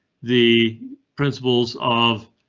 the principles of.